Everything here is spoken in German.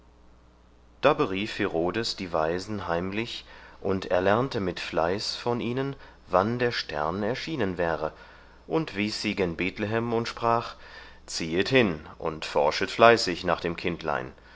da berief herodes die weisen heimlich und erlernte mit fleiß von ihnen wann der stern erschienen wäre und wies sie gen bethlehem und sprach ziehet hin und forschet fleißig nach dem kindlein